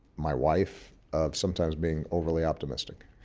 my wife, of sometimes being overly optimistic.